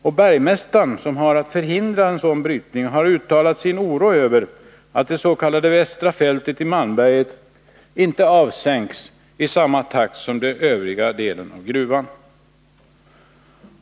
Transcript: Och bergmästaren, som har att förhindra en sådan brytning, har uttalat sin oro över att det s.k. västra fältet i Malmberget inte avsänks i samma takt som den övriga delen av gruvan.